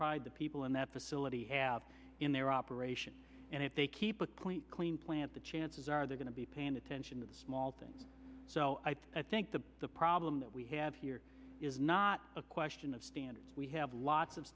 pride the people in that facility have in their operation and if they keep a clean clean plant the chances are they're going to be paying attention to the small things so i think the the problem that we have here is not a question of standards we have lots of